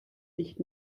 nicht